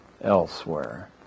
elsewhere